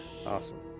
Awesome